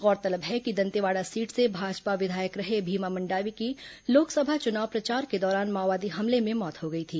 गौरतलब है कि दंतेवाड़ा सीट से भाजपा विधायक रहे भीमा मंडावी की लोकसभा चुनाव प्रचार के दौरान माओवादी हमले में मौत हो गई थी